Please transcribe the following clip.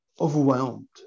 overwhelmed